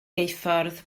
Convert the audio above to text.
geuffordd